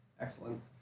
Excellent